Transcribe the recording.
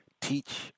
teach